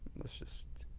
let's just